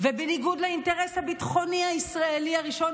ובניגוד לאינטרס הביטחוני הישראלי הראשון